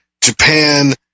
Japan